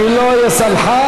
אני לא אהיה סלחן.